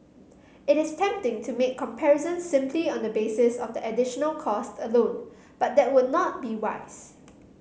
it is tempting to make comparisons simply on the basis of the additional cost alone but that would not be wise